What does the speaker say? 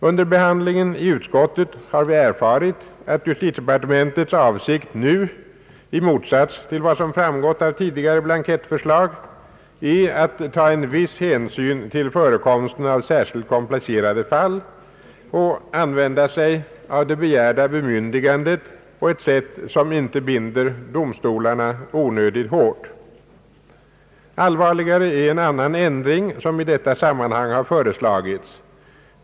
Under behandlingen i utskottet har vi erfarit att justitiedepartementets avsikt nu — i motsats till vad som framgått av tidigare blankettförslag — är att ta en viss hänsyn till förekomsten av särskilt komplicerade fall och använda sig av det begärda bemyndigandet på ett sätt som inte binder domstolarna onödigt hårt. Allvarligare är en annan ändring som föreslagits i detta sammanhang.